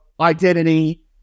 identity